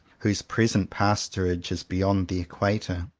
whose present pastorage is beyond the equator,